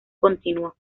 continuó